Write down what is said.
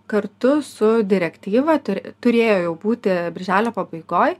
kartu su direktyva turi turėjo jau būti birželio pabaigoj